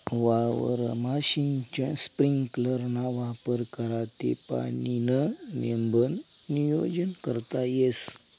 वावरमा सिंचन स्प्रिंकलरना वापर करा ते पाणीनं नेमबन नियोजन करता येस